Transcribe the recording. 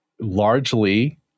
largely